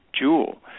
jewel